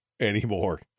anymore